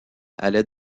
allait